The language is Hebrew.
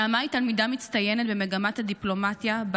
נעמה היא תלמידה מצטיינת במגמת הדיפלומטיה שבה